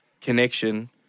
Connection